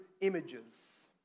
images